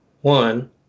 One